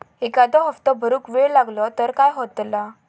एखादो हप्तो भरुक वेळ लागलो तर काय होतला?